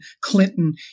Clinton